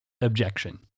objection